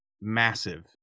massive